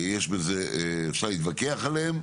אפשר להתווכח עליהם,